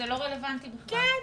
זה לא רלוונטי בכלל.